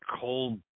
cold